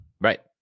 Right